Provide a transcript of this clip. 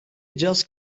just